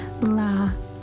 la